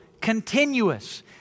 continuous